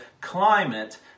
climate